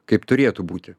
kaip turėtų būti